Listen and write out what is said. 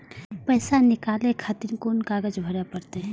पैसा नीकाले खातिर कोन कागज भरे परतें?